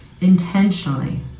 intentionally